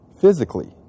physically